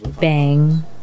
Bang